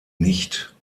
nicht